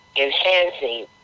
enhancing